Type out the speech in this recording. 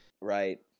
right